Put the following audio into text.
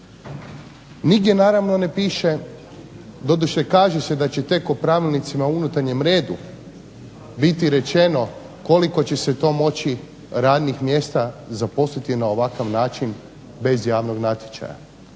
Nigdje naravno ne piše, doduše kaže se da će tek pravilnicima o unutarnjem redu biti rečeno koliko će se to moći radnih mjesta zaposliti na ovakav način bez javnog natječaja,